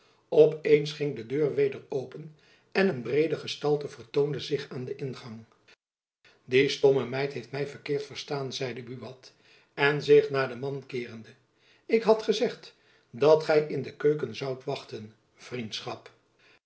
op eens ging de deur weder open en een breede gestalte vertoonde zich aan den ingang die stomme meid heeft my verkeerd verstaan zeide buat en zich naar den man keerende ik had gezegd dat gy in de keuken zoudt wachten